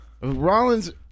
Rollins